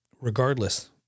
regardless